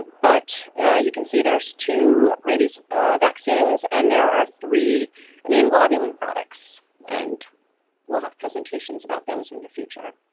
but you can see there's two rabies vaccines and there are three immune globulin products and we'll have presentations about those and future.